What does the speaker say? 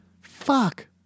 Fuck